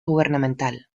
gubernamental